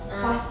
ah